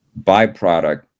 byproduct